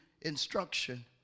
instruction